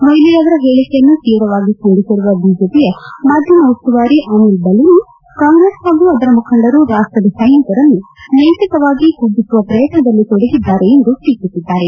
ಮೊಯಿಲಿ ಅವರ ಹೇಳಿಕೆಯನ್ನು ತೀವ್ರವಾಗಿ ಖಂಡಿಸಿರುವ ಬಿಜೆಪಿಯ ಮಾಧ್ವಮ ಉಸ್ತುವಾರಿ ಅನಿಲ್ ಬಲೂನಿ ಕಾಂಗ್ರೆಸ್ ಹಾಗೂ ಅದರ ಮುಖಂಡರು ರಾಷ್ಷದ ಸೈನಿಕರನ್ನು ನೈತಿಕವಾಗಿ ಕುಗ್ಗಿಸುವ ಪ್ರಯತ್ನದಲ್ಲಿ ತೊಡಗಿದ್ದಾರೆ ಎಂದು ಟೀಕಿಸಿದ್ದಾರೆ